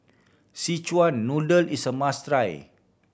Szechuan Noodle is a must try